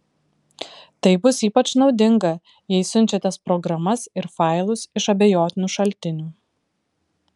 tai bus ypač naudinga jei siunčiatės programas ir failus iš abejotinų šaltinių